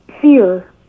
fear